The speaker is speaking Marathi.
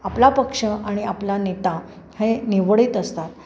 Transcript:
आपला पक्ष आणि आपला नेता हे निवडित असतात